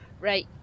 right